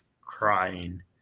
crying